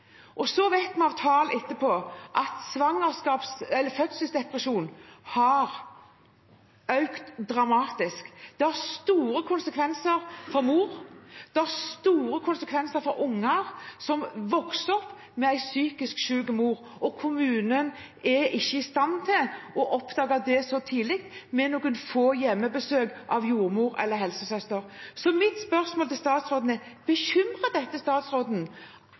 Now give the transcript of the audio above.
Så vet vi, av tall etterpå, at fødselsdepresjon har økt dramatisk. Det har store konsekvenser for mor og store konsekvenser for unger som vokser opp med en psykisk syk mor. Kommunen er ikke i stand til å oppdage det så tidlig med noen få hjemmebesøk av jordmor eller helsesøster. Mitt spørsmål til statsråden er: Bekymrer det statsråden